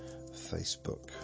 Facebook